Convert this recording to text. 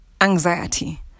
anxiety